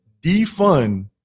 defund